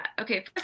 okay